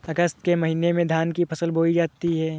अगस्त के महीने में धान की फसल बोई जाती हैं